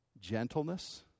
gentleness